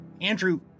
Andrew